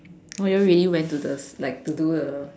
oh you all really went to the like to do the